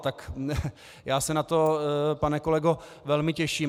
Tak já se na to, pane kolego, velmi těším.